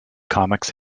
comics